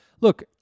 Look